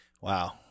wow